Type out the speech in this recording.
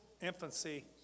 infancy